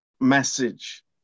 message